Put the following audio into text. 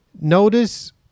notice